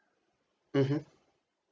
mmhmm